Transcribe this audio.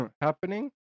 happening